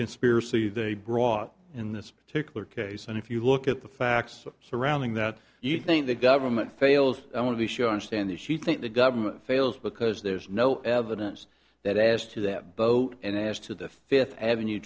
conspiracy they brought in this particular case and if you look at the facts surrounding that you think the government fails i want to be sure i understand this you think the government fails because there's no evidence that asked to that boat and as to the fifth avenue